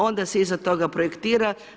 Onda se iza toga projektira.